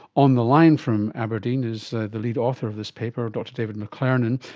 on the line from aberdeen is the the lead author of this paper, dr david mclernon,